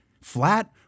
flat